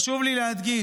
חשוב לי להדגיש: